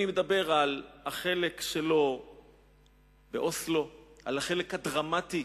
אני מדבר על החלק שלו באוסלו, על החלק הדרמטי